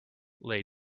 lay